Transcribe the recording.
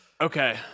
Okay